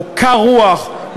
הוא קר רוח,